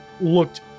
looked